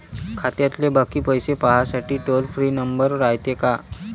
खात्यातले बाकी पैसे पाहासाठी टोल फ्री नंबर रायते का?